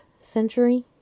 century